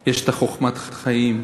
יש חוכמת חיים,